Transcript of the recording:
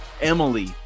Emily